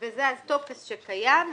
זה הטופס שקיים.